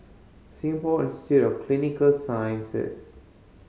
Singapore Institute of Clinical Sciences